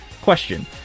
Question